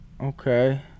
Okay